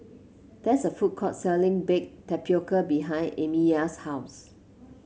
there's a food court selling Baked Tapioca behind Amya's house